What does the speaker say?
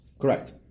Correct